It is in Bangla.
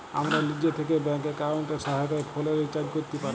আমরা লিজে থ্যাকে ব্যাংক এক্কাউন্টের সহায়তায় ফোলের রিচাজ ক্যরতে পাই